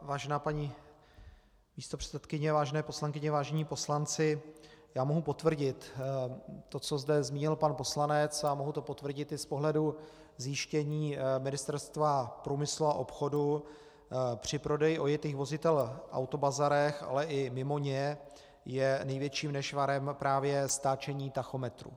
Vážená paní místopředsedkyně, vážené poslankyně, vážení poslanci, já mohu potvrdit to, co zde zmínil pan poslanec, a mohu to potvrdit i z pohledu zjištění Ministerstva průmyslu a obchodu při prodeji ojetých vozidel v autobazarech, ale i mimo ně, že je největším nešvarem právě stáčení tachometru.